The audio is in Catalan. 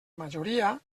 majoria